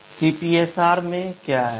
CPSR में क्या है